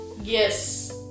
yes